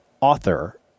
author